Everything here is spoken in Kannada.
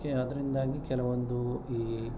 ಕೆ ಅದರಿಂದಾಗಿ ಕೆಲವೊಂದು ಈ